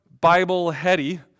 Bible-heady